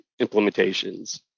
implementations